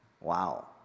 Wow